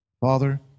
Father